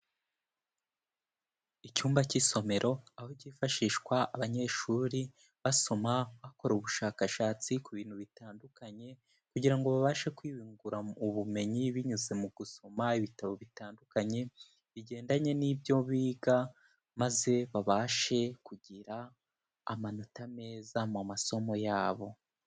Icyumba cy'isomero aho cyifashishwa abanyeshuri basoma, bakora ubushakashatsi ku bintu bitandukanye kugira ngo babashe kwiyungura ubumenyi, binyuze mu gusoma ibitabo bitandukanye, bigendanye n'ibyo biga, maze babashe kugira amanota meza mu masomo yabo.